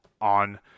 on